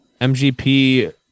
MGP